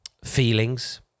Feelings